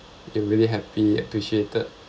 you really happy appreciated